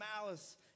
malice